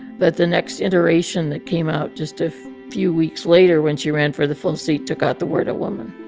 but the next iteration that came out just a few weeks later when she ran for the full seat took out the word, a woman.